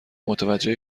متوجه